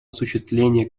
осуществление